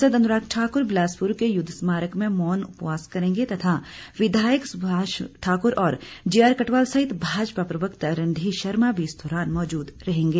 सांसद अनुराग ठाकुर बिलासपुर के युद्ध स्मारक में मौन उपवास करेंगे तथा विधायक सुभाष ठाकुर और जेआर कटवाल सहित भाजपा प्रवक्ता रणधीर शर्मा भी इस दौरान मौजूद रहेंगे